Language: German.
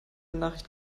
nachricht